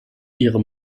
ihre